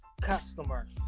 customer